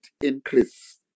increase